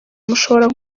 mushobora